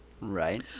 Right